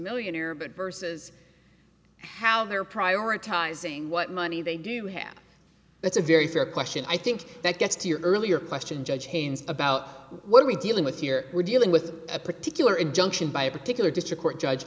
millionaire but versus how they're prioritizing what money they do have that's a very fair question i think that gets to your earlier question judge haynes about what are we dealing with here we're dealing with a particular injunction by a particular district court judge